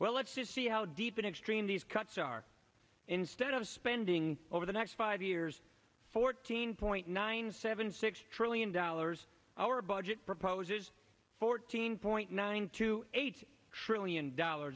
well let's just see how deep and extreme these cuts are instead of spending over the next five years fourteen point nine seven six trillion dollars our budget proposes fourteen point nine two eight trillion dollar